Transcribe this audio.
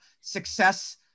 success